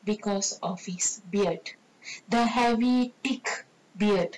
because of his beard the heavy thick beard